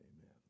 Amen